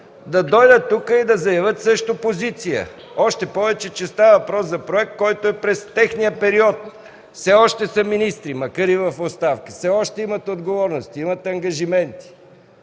да дойдат тук и да заявят също позиция, още повече че става въпрос за проект, който е през техния период. Все още са министри, макар и в оставка, все още имат отговорности, имат ангажименти.